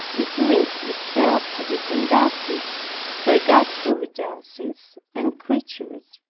it leaves itself to be conducted by god's providences and creatures.